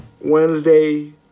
Wednesday